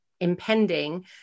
impending